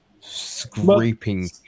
scraping